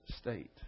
state